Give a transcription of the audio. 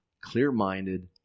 clear-minded